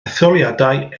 etholiadau